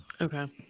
Okay